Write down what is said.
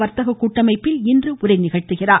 வர்த்தக கூட்டமைப்பில் இன்று உரையாற்றுகிறார்